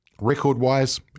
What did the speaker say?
Record-wise